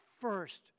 first